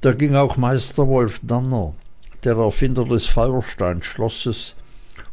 da ging auch meister wolff danner der erfinder des feuersteinschlosses